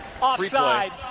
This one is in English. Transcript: Offside